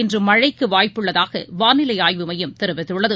இன்றுமழைக்குவாய்ப்புள்ளதாகவானிலைஆய்வு மையம் தெரிவித்துள்ளது